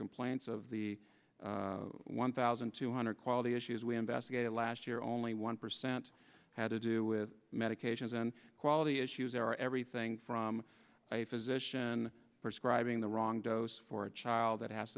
complaints of the one thousand two hundred quality issues we investigated last year only one percent had to do with medications and quality issues are everything from a physician prescribing the wrong dose for a child that has